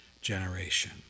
generation